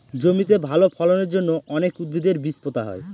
জমিতে ভালো ফলনের জন্য অনেক উদ্ভিদের বীজ পোতা হয়